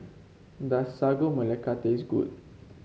does Sagu Melaka taste good